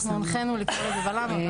אנחנו הונחינו לקרוא לזה בל"מ.